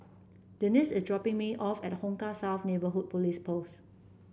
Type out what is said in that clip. Denisse is dropping me off at Hong Kah South Neighbourhood Police Post